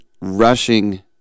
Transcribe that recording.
rushing